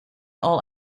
all